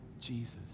Jesus